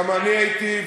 גם אני הייתי,